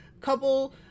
couple